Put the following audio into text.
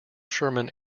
sherman